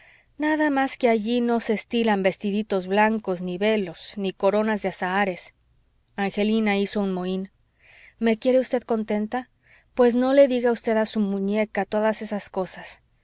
nada más que allí no se estilan vestiditos blancos ni velos ni coronas de azahares angelina hizo un mohín me quiere usted tener contenta pues no le diga usted a su muñeca todas esas cosas